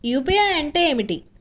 UPI అంటే ఏమిటి?